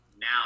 Now